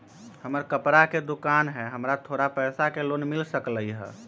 हमर कपड़ा के दुकान है हमरा थोड़ा पैसा के लोन मिल सकलई ह?